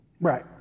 Right